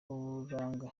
uburanga